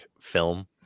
film